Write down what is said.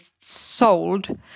sold